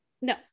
No